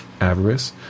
avarice